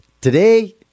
Today